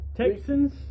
Texans